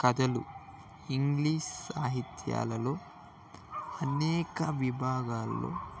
కథలు ఇంగ్లీష్ సాహిత్యాలలో అనేక విభాగాల్లో